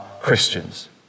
Christians